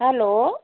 hello